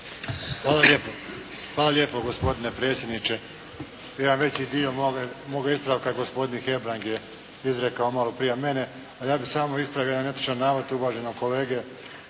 Hvala lijepo, hvala lijepo gospodine predsjedniče. Jedan veći dio moga, moga ispravka gospodin Hebrang je izrekao malo prije mene, a ja bih samo ispravio netočan navod uvaženog kolege,